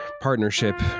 partnership